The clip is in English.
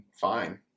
fine